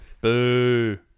Boo